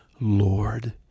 Lord